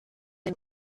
den